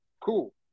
Cool